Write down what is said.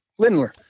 lindler